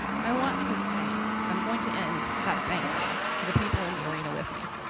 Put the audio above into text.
i want to thank, i'm going to end by thanking the people in the arena with me.